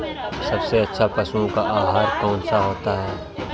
सबसे अच्छा पशुओं का आहार कौन सा होता है?